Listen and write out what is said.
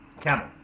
camel